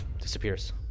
disappears